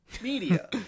media